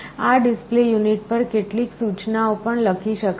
આ display unit પર કેટલીક સૂચનાઓ પણ લખી શકાય છે